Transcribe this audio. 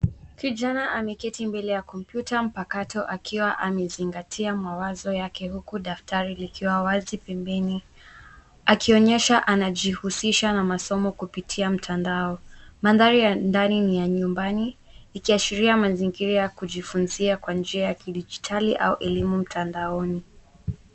Kijana ameketi mbele ya kompyuta mpakato akiwa amezingatia mawazo yake huku daftari likiwa wazi pembeni. Akionyesha anajihusisha na masomo kupitia mtandao. Mandhari ya ndani ni ya nyumbani, ikiashiria mazingira ya kujifunzia kwa njia ya kidijitali au elimu mtandaoni.